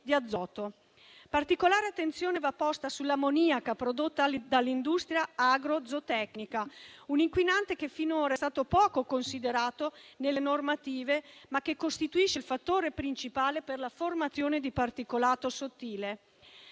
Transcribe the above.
di azoto. Particolare attenzione va posta sull'ammoniaca prodotta dall'industria agrozootecnica, un inquinante che finora è stato poco considerato nelle normative, ma che costituisce il fattore principale della formazione di particolato sottile.